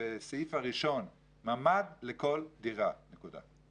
בסעיף הראשון, ממ"ד לכל דירה, נקודה.